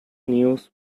news